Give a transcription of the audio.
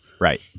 Right